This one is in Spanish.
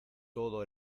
todo